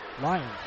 Lions